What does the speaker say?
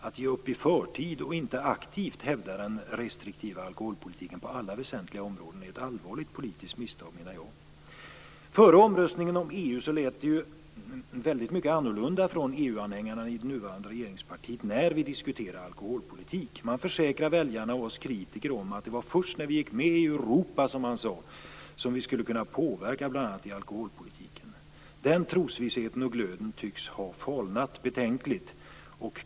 Att ge upp i förtid och inte aktivt hävda den restriktiva alkoholpolitiken på alla väsentliga områden är, menar jag, ett allvarligt politiskt misstag. Före omröstningen om EU lät det väldigt mycket annorlunda från EU-anhängarna i det nuvarande regeringspartiet när vi diskuterade alkoholpolitik. Man försäkrade väljarna och oss kritiker att det var först när vi gick med i Europa, som man sade, som vi skulle kunna påverka bl.a. i alkoholpolitiken. Den trosvissheten och glöden tycks ha falnat betänkligt.